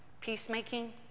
Peacemaking